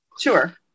Sure